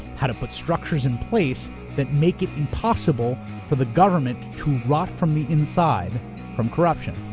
how to put structures in place that make it impossible for the government to rot from the inside from corruption.